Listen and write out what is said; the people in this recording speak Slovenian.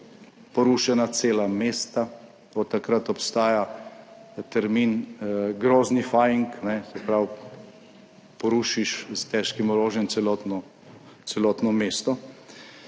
porušena cela mesta, od takrat obstaja termin grozdni faing /?/, se pravi, porušiš s težkim orožjem celotno mesto.